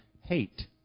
hate